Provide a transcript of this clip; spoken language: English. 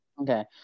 Okay